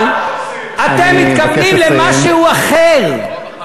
אבל אתם מתכוונים למשהו אחר, אני מבקש לסיים.